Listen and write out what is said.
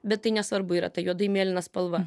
bet tai nesvarbu yra tai juodai mėlyna spalva